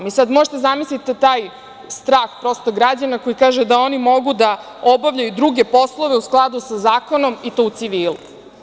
Možete da zamislite taj strah građana koji kažu da oni mogu da obavljaju druge poslove u skladu sa zakonom i to u civilu.